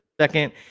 second